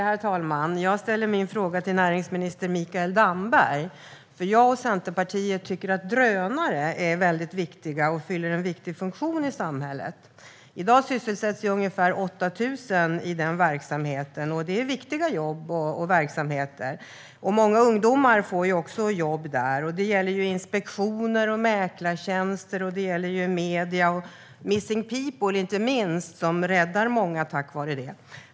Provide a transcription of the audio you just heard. Herr talman! Jag ställer min fråga till näringsminister Mikael Damberg. Jag och Centerpartiet tycker att drönare fyller en viktig funktion i samhället. I dag sysselsätts ungefär 8 000 personer i den verksamheten. Det är viktiga jobb och verksamheter. Många ungdomar får också jobb där. Det gäller inspektioner, mäklartjänster och medier. Inte minst räddar Missing People många tack vare drönare.